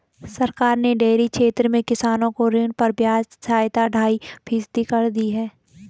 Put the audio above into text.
सरकार ने डेयरी क्षेत्र में किसानों को ऋणों पर ब्याज सहायता ढाई फीसदी कर दी है